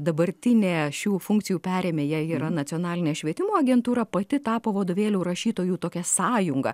dabartinėje šių funkcijų perėmėja yra nacionalinė švietimo agentūra pati tapo vadovėlių rašytojų tokia sąjunga